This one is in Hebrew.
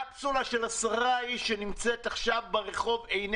קפסולה של עשרה אנשים שנמצאת עכשיו ברחוב אינה